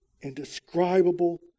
indescribable